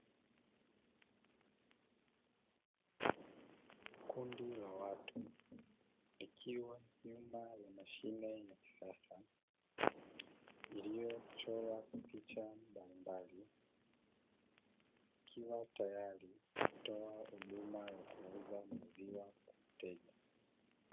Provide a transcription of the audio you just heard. Kundi la watu likiwa nyuma ya mashine ya kisasa iliyochorwa picha mbalimbali, ikiwa tayari kutoa huduma ya kuuza maziwa kwa mteja.